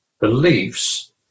beliefs